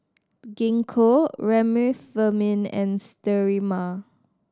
Gingko Remifemin and Sterimar